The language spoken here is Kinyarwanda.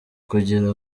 kugira